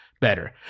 better